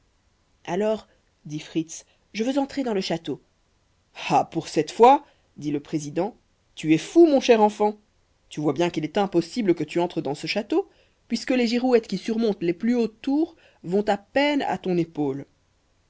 alors dit fritz je veux entrer dans le château ah pour cette fois dit le président tu es fou mon cher enfant tu vois bien qu'il est impossible que tu entres dans ce château puisque les girouettes qui surmontent les plus hautes tours vont à peine à ton épaule